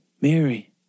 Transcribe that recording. Mary